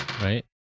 right